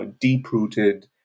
deep-rooted